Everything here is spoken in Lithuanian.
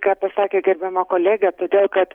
ką pasakė gerbiama kolegė todėl kad